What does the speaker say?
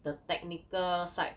the technical side